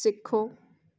ਸਿੱਖੋ